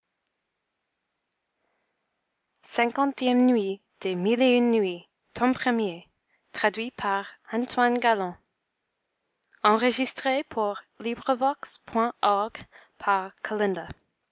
nuit iii nuit